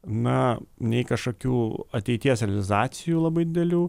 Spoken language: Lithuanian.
na nei kažkokių ateities realizacijų labai didelių